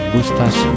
Gustas